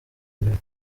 imbere